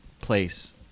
place